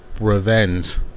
revenge